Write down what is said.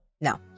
No